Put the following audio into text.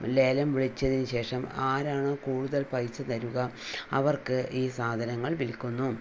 ലേലം വിളിച്ചതിനു ശേഷം ആരാണോ കൂടുതൽ പൈസ തരുക അവർക്ക് ഈ സാധനങ്ങൾ വിൽക്കുന്നു